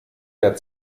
der